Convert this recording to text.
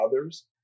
others